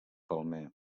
palmer